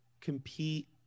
compete